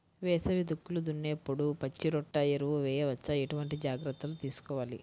వేసవి దుక్కులు దున్నేప్పుడు పచ్చిరొట్ట ఎరువు వేయవచ్చా? ఎటువంటి జాగ్రత్తలు తీసుకోవాలి?